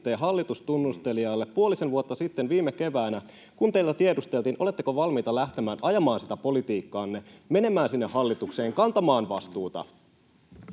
hallitustunnustelijalle puolisen vuotta sitten viime keväänä, kun teiltä tiedusteltiin, oletteko valmiita lähtemään ajamaan politiikkaanne, menemään hallitukseen, kantamaan vastuuta.